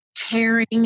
caring